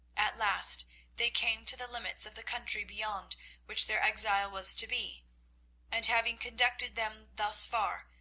at last they came to the limits of the country beyond which their exile was to be and, having conducted them thus far,